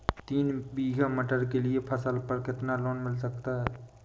तीन बीघा मटर के लिए फसल पर कितना लोन मिल सकता है?